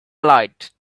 light